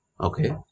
okay